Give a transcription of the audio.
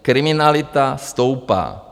Kriminalita stoupá.